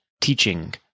teaching